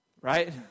Right